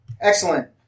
Excellent